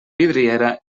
vidriera